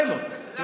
לא פתחו, פיילוט.